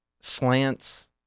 slants